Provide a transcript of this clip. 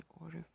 order